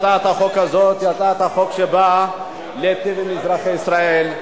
הצעת החוק הזאת היא הצעת חוק שבאה להיטיב עם אזרחי ישראל.